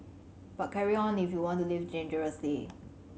but carry on if you want to live dangerously